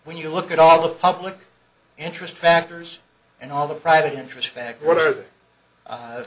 when you look at all the public interest factors and all the